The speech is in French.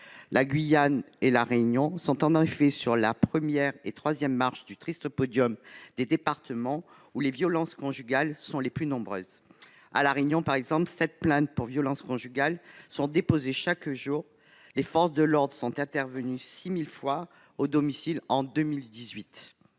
La Guyane et La Réunion sont en effet respectivement sur les première et troisième marches du triste podium des départements où les violences conjugales sont les plus nombreuses. À La Réunion, par exemple, sept plaintes pour violences conjugales sont déposées chaque jour ; les forces de l'ordre sont intervenues 6 000 fois à domicile en 2018.